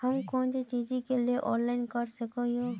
हम कोन चीज के लिए ऑनलाइन कर सके हिये?